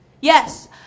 Yes